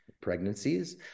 pregnancies